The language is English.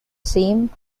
same